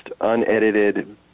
unedited